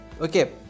okay